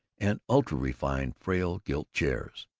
and ultra-refined frail gilt chairs.